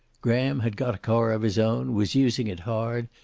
graham had got a car of his own, was using it hard,